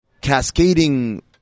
cascading